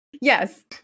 Yes